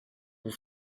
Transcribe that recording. vous